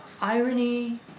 irony